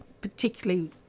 particularly